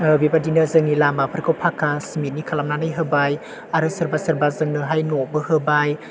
बेबायदिनो जोंनि लामाफोरखौ पाका सिमेन्टनि खालामनानै होबाय आरो सोरबा सोरबा जोंनोहाय न'बो होबाय